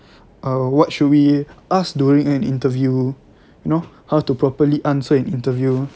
err what should we ask during an interview you know how to properly answer an interview